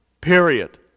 Period